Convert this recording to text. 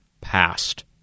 past